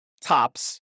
tops